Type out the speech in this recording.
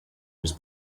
his